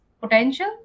potential